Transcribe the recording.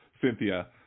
Cynthia